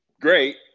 great